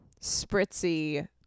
spritzy